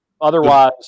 Otherwise